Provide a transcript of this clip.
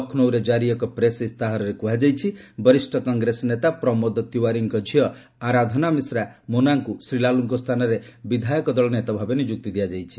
ଲକ୍ଷ୍ରୌରେ କାରି ଏକ ପ୍ରେସ୍ ଇସ୍ତାହାରରେ କୁହାଯାଇଛି ବରିଷ୍ଠ କଂଗ୍ରେସ ନେତା ପ୍ରମୋଦ ତିୱାରୀଙ୍କ ଝିଅ ଆରାଧନା ମିଶ୍ରା ମୋନାଙ୍କୁ ଶ୍ରୀ ଲାଲୁଙ୍କ ସ୍ଥାନରେ ବିଧାୟକ ଦଳ ନେତା ଭାବେ ନିଯୁକ୍ତି ଦିଆଯାଇଛି